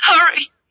hurry